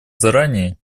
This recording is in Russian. заранее